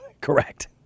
Correct